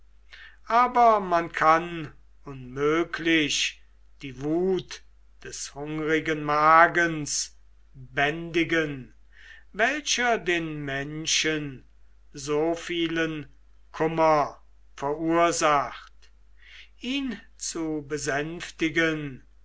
aber man kann unmöglich die wut des hungrigen magens bändigen welcher den menschen so vielen kummer verursacht ihn zu besänftigen